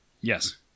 Yes